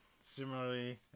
similarly